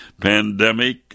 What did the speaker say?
pandemic